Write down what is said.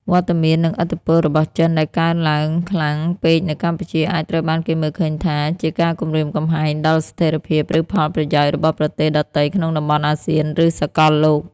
វត្តមាន និងឥទ្ធិពលរបស់ចិនដែលកើនឡើងខ្លាំងពេកនៅកម្ពុជា អាចត្រូវបានគេមើលឃើញថាជាការគំរាមកំហែងដល់ស្ថិរភាព ឬផលប្រយោជន៍របស់ប្រទេសដទៃក្នុងតំបន់អាស៊ាន ឬសកលលោក។